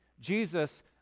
Jesus